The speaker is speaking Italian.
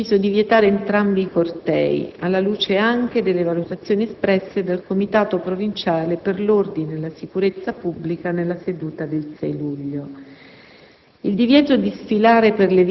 Questore di Vicenza ha quindi deciso di vietare entrambi i cortei, alla luce anche delle valutazioni espresse dal Comitato provinciale per l'ordine e la sicurezza pubblica nella seduta del 6 luglio.